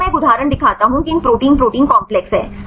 यहां मैं एक उदाहरण दिखाता हूं कि प्रोटीन प्रोटीन काम्प्लेक्स है